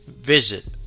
visit